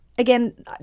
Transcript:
Again